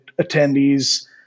attendees